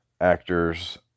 actors